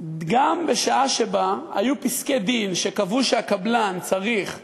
גם בשעה שהיו פסקי-דין שקבעו שהקבלן צריך לפצות,